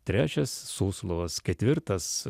trečias suslovas ketvirtas